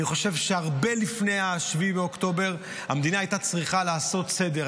אני חושב שהרבה לפני 7 באוקטובר המדינה הייתה צריכה לעשות סדר.